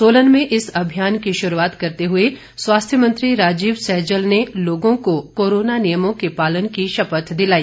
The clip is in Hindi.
सोलन में इस अभियान की शुरूआत करते हुए स्वास्थ्य मंत्री राजीव सैजल ने लोगों को कोरोना नियमों के पालन की शपथ दिलाई